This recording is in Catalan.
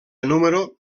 número